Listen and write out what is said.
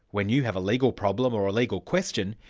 when you have a legal problem or a legal question,